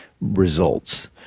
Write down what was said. results